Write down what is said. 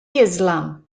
islam